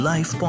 Life